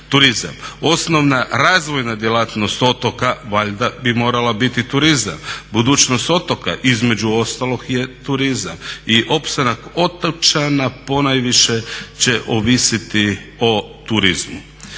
turizam. Osnovna razvojna djelatnost otoka valjda bi morala biti turizam. Budućnost otoka između ostalog je turizam i opstanak otočana ponajviše će ovisiti o turizmu.